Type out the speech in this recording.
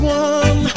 one